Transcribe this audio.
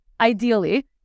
ideally